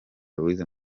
louise